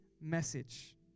message